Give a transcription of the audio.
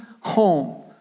home